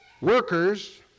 workers